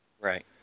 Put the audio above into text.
Right